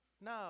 No